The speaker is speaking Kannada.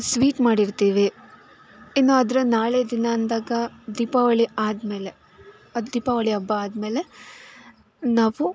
ಸ್ವೀಟ್ ಮಾಡಿರ್ತೀವಿ ಇನ್ನು ಅದರ ನಾಳೆ ದಿನ ಅಂದಾಗ ದೀಪಾವಳಿ ಆದಮೇಲೆ ಅದು ದೀಪಾವಳಿ ಹಬ್ಬ ಆದಮೇಲೆ ನಾವು